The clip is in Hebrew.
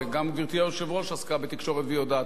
גם גברתי היושבת-ראש עסקה בתקשורת והיא יודעת את זה.